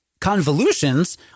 Convolutions